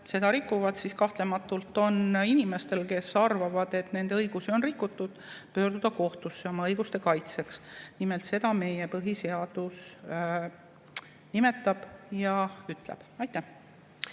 seda rikuvad, siis kahtlematult on inimestel, kes arvavad, et nende õigusi on rikutud, õigus pöörduda kohtusse oma õiguste kaitseks, seda meie põhiseadus nimetab ja nii ütleb. Mart